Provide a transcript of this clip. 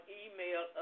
email